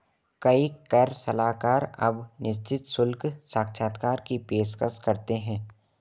कई कर सलाहकार अब निश्चित शुल्क साक्षात्कार की पेशकश करते हैं